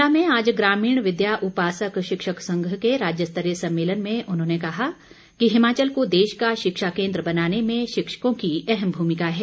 शिमला में आज ग्रामीण विद्या उपासक शिक्षक संघ के राज्यस्तरीय सम्मेलन में उन्होंने कहा कि हिमाचल को देश का शिक्षा कोन्द्र बनाने में शिक्षकों की अहम भूमिका है